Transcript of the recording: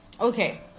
Okay